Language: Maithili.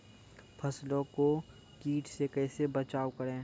फसलों को कीट से कैसे बचाव करें?